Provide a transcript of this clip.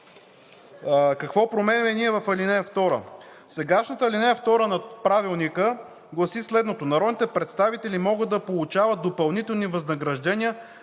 какво променяме ние в ал. 2? Сегашната ал. 2 на Правилника гласи следното: „Народните представители могат да получават допълнителни възнаграждения